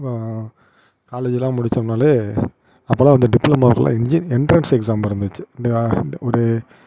காலேஜ்லாம் முடித்தம்னாலே அப்போலாம் டிப்ளமோ ஃபுல்லாக இன்ஜி என்ட்ரென்ஸ் எக்ஸாம் இருந்துச்சு இல்லையா ஒரு